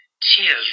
tears